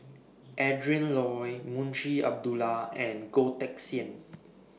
Adrin Loi Munshi Abdullah and Goh Teck Sian